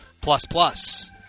plus-plus